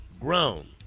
grown